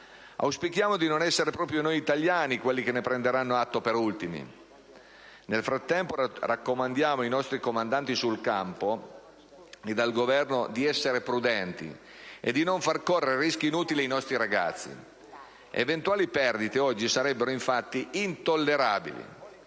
Auspichiamo di non essere proprio noi italiani quelli che ne prenderanno atto per ultimi. Nel frattempo, raccomandiamo ai nostri comandanti sul campo ed al Governo di essere prudenti e non far correre rischi inutili ai nostri ragazzi. Eventuali perdite oggi sarebbero infatti intollerabili,